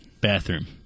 bathroom